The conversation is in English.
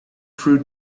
through